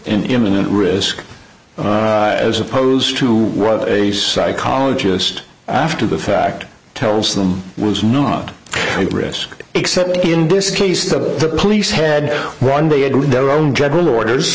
an imminent risk as opposed to a psychologist after the fact tells them was not a risk except in this case the police head one day added their own general orders